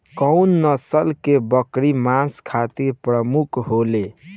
कउन नस्ल के बकरी मांस खातिर प्रमुख होले?